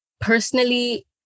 Personally